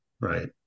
right